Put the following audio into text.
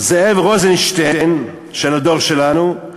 זאב רוזנשטיין של הדור שלנו,